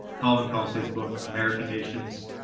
colin calls his book, american nations.